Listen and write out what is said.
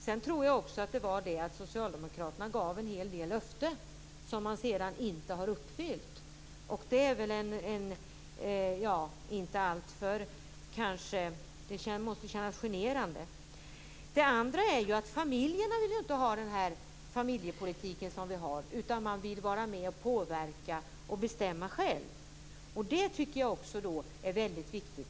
Sedan tror jag också att det berodde på att Socialdemokraterna gav en del löften som de sedan inte har uppfyllt, vilket måste kännas generande. För det andra vill ju inte familjerna ha den familjepolitik som vi har, utan de vill vara med och påverka och bestämma själva. Det är också väldigt viktigt.